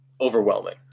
overwhelming